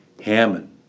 Hammond